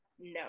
no